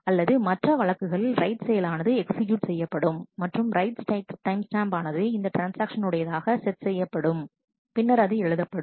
அல்லது மற்ற வழக்குகளில் ரைட் செயலானது எக்ஸிகியூட் செய்யப்படும் மற்றும் ரைட் டைம் ஸ்டாம்ப் ஆனது இந்த ட்ரான்ஸ்ஆக்ஷன் உடையதாக செட் செய்யப்படும் பின்னர் அது எழுதப்படும்